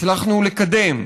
הצלחנו לקדם.